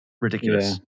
Ridiculous